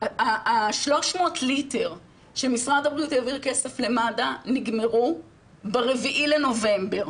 ה-300 ליטר שמשרד הבריאות העביר כסף למד"א נגמרו ב-4 לנובמבר.